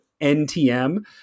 NTM